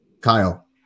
kyle